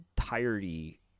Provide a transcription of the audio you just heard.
entirety